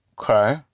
Okay